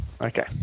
okay